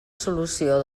solució